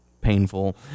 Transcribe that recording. painful